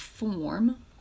Form